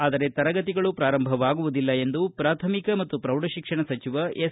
ಆದರೆ ತರಗತಿಗಳು ಪ್ರಾರಂಭವಾಗುವುದಿಲ್ಲ ಎಂದು ಪ್ರಾಥಮಿಕ ಮತ್ತು ಪ್ರೌಢಶಿಕ್ಷಣ ಸಚಿವ ಎಸ್